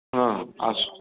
ହଁ ଆସ